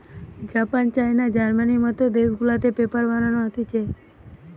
Japan, China, জার্মানির মত দেশ গুলাতে পেপার বানানো হতিছে